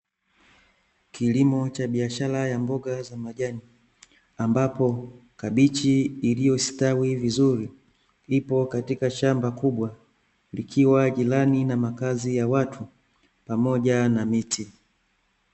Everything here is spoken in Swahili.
Kilimo cha biashara ya mboga za majani, ambapo kabichi iliyostawi vizuri ipo katika shamba kubwa, likiwa jirani na makazi ya watu pamoja na miti.